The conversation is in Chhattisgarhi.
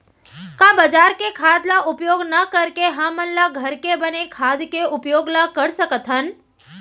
का बजार के खाद ला उपयोग न करके हमन ल घर के बने खाद के उपयोग ल कर सकथन?